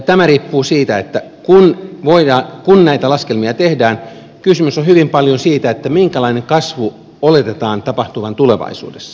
tämä riippuu siitä että kun näitä laskelmia tehdään kysymys on hyvin paljon siitä minkälaisen kasvun oletetaan tapahtuvan tulevaisuudessa